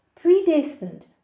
predestined